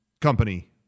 company